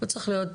זה צריך להיות,